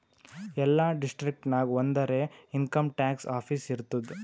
ಎಲ್ಲಾ ಡಿಸ್ಟ್ರಿಕ್ಟ್ ನಾಗ್ ಒಂದರೆ ಇನ್ಕಮ್ ಟ್ಯಾಕ್ಸ್ ಆಫೀಸ್ ಇರ್ತುದ್